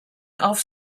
auf